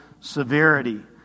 severity